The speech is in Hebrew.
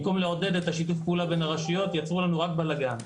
במקום לעודד את השיתוף פעולה בין הרשויות יצרו לנו רק בלגן.